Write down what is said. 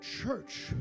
church